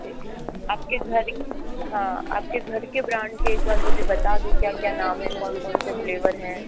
ठीक है आपके घर के हाँ आपके घर के ब्रांड के एक बार मुझे बता दो क्या क्या नाम है कौन कौन से फ़्लेवर हैं